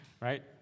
right